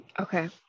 Okay